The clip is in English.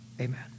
Amen